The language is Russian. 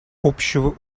общего